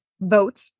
vote